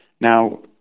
Now